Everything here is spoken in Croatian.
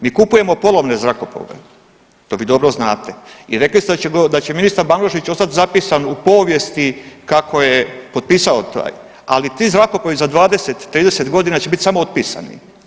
Mi kupujemo polovne zrakoplove, to vi dobro znate i rekli ste da će ministar Banožić ostat zapisan u povijesti kako je potpisao taj, ali ti zrakoplovi za 20, 30 godina će biti samo otpisani.